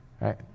right